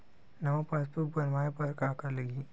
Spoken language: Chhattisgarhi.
नवा पासबुक बनवाय बर का का लगही?